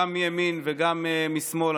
גם מימין וגם משמאל,